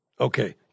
Okay